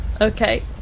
Okay